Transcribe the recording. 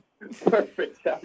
Perfect